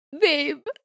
Babe